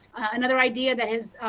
another idea that has